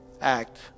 act